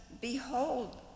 Behold